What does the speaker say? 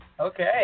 Okay